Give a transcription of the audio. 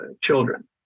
children